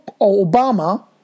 Obama